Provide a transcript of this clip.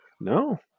No